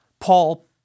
Paul